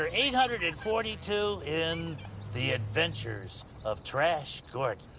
ah eight hundred and forty two in the adventure of trash gordon.